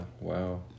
wow